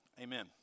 Amen